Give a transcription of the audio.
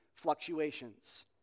fluctuations